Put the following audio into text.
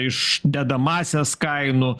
iš dedamąsias kainų